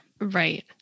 Right